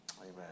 Amen